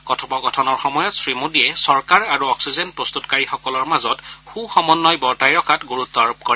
কথোপকথনৰ সময়ত শ্ৰীমোদীয়ে চৰকাৰ আৰু অক্সিজেন প্ৰস্ততকাৰীসকলৰ মাজত সূ সমন্নয় বৰ্তাই ৰখাত গুৰুত্ব আৰোপ কৰে